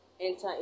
enter